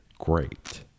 Great